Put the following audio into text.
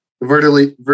vertically